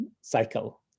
cycle